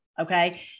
Okay